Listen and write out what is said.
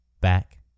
Back